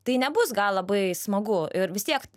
tai nebus gal labai smagu ir vis tiek